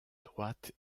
droite